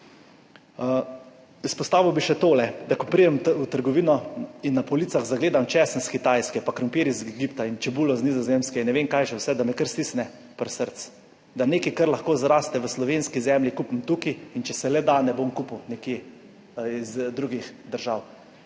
Izpostavil bi še tole, da ko pridem v trgovino in na policah zagledam česen s Kitajske, pa krompir iz Egipta in čebulo z Nizozemske in ne vem kaj še vse, da me kar stisne pri srcu. Da nekaj, kar lahko zraste v slovenski zemlji, kupim tukaj, in če se le da, ne bom kupil nekje iz drugih držav.